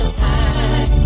time